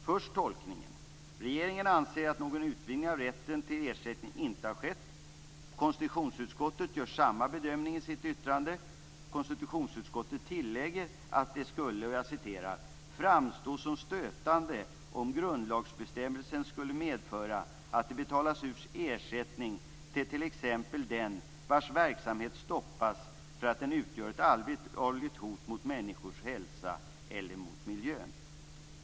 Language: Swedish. Först tolkningen: Regeringen anser att någon utvidgning av rätten till ersättning inte har skett. Konstitutionsutskottet gör i sitt yttrande samma bedömning. Konstitutionsutskottet tillägger att det "skulle framstå som stötande om grundlagsbestämmelsen skulle medföra att det betalas ut ersättning till t.ex. den vars verksamhet stoppas för att den innebär ett allvarligt hot mot människors hälsa eller miljön".